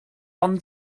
ond